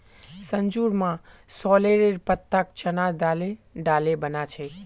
संजूर मां सॉरेलेर पत्ताक चना दाले डाले बना छेक